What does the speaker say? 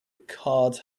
card